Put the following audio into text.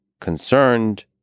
concerned